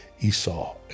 Esau